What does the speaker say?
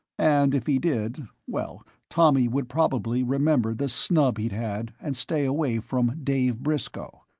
and if he did, well, tommy would probably remember the snub he'd had and stay away from dave briscoe.